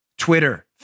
Twitter